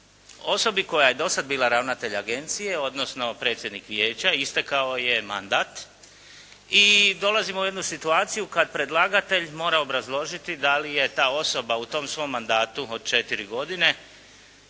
osobi koja je do sada bila ravnatelj agencije, odnosno predsjednik Vijeća istekao je mandat i dolazimo u jednu situaciju kada predlagatelj mora obrazložiti da li je ta osoba u tom svom mandatu od četiri godine